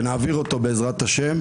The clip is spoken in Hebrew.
שנעביר אותו בעז"ה,